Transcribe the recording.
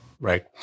Right